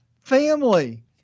family